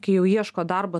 kai jau ieško darbo